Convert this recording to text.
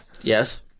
Yes